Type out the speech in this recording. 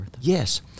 Yes